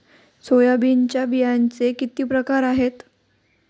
सोयाबीनच्या बियांचे किती प्रकार आहेत?